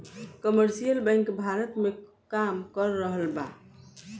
commercial bank Bharat में काम कर रहल बा